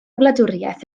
wladwriaeth